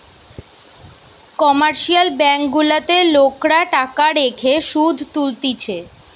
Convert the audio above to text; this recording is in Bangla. কমার্শিয়াল ব্যাঙ্ক গুলাতে লোকরা টাকা রেখে শুধ তুলতিছে